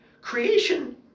creation